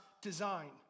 design